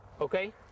Okay